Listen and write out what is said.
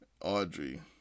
Audrey